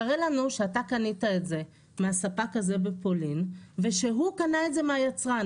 תראה לנו שאתה קנית את זה מהספק הזה בפולין ושהוא קנה את זה מהיצרן.